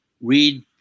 read